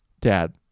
Dad